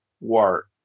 work